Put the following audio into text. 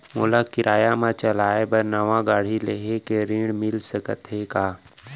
मोला किराया मा चलाए बर नवा गाड़ी लेहे के ऋण मिलिस सकत हे का?